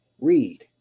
read